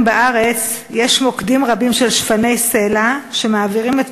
בארץ יש מוקדים רבים של שפני סלע שמעבירים את